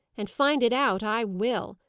and find it out, i will.